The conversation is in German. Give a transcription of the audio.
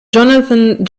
jonathan